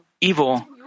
evil